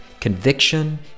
Conviction